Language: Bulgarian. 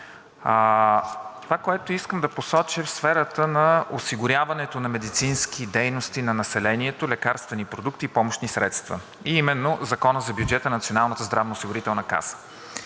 Това, което искам да посоча, е в сферата на осигуряването на медицински дейности на населението, лекарствени продукти и помощни средства и именно в Закона за бюджета на Националната здравноосигурителна каса.